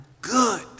good